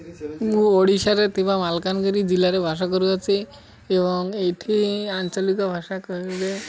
ମୁଁ ଓଡ଼ିଶାରେ ଥିବା ମାଲକାନଗିରି ଜିଲ୍ଲାରେ ବାଷ କରୁଅଛି ଏବଂ ଏଇଠି ଆଞ୍ଚଳିକ ଭାଷା କହିଲେ